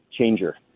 changer